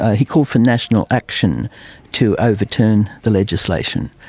ah he called for national action to overturn the legislation.